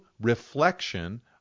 reflection